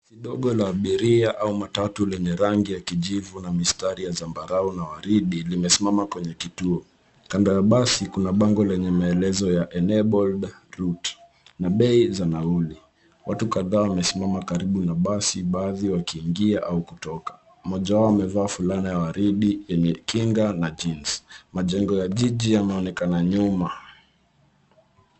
Basi dogo la abiria au matatu lenye rangi ya kijivu na mistari ya zambarau na waridi limesimama kwenye kituo. Kando ya basi kuna bango lenye maelezo ya Enabled root na bei za nahuri. Watu kadhaa wamesimama karibu na basi baadhi wakiingia au kutoka. Moja wao amevaa fulana ya waridi yenye kinga na jeans . Majengo ya Jiji yameonekana nyuma.